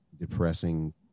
depressing